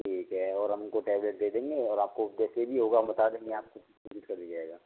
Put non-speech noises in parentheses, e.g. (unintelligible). ठीक है और हम उनको टैबलेट दे देंगे और आपके जैसे भी होगा हम बता देंगे आपको (unintelligible) कर दिया जाएगा